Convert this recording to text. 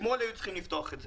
אתמול היו צריכים לפתוח את זה.